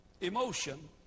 emotion